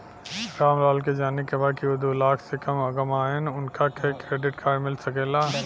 राम लाल के जाने के बा की ऊ दूलाख से कम कमायेन उनका के क्रेडिट कार्ड मिल सके ला?